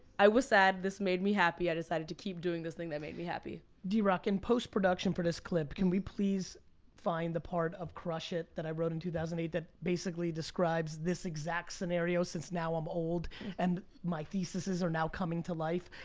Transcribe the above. i was sad, this made me happy. i decided to keep doing this thing that made me happy. drock in post production for this clip, can we please find the part of crush it! that i wrote in two thousand and eight that basically describes this exact scenario since now i'm old and my thesis's are now coming to life?